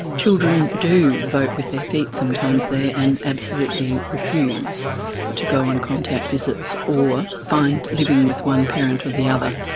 children do vote with their feet sometimes there and absolutely refuse to go on contact visits or find living with one parent or the other,